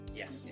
yes